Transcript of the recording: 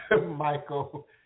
Michael